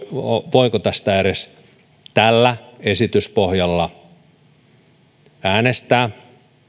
voiko tästä tällä esityspohjalla edes äänestää